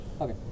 Okay